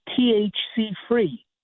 THC-free